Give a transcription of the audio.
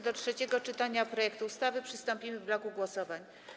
Do trzeciego czytania projektu ustawy przystąpimy w bloku głosowań.